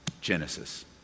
Genesis